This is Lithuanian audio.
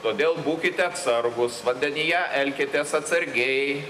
todėl būkite atsargūs vandenyje elkitės atsargiai